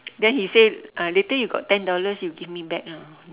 then he say uh later you got ten dollars you give me back ah